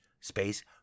space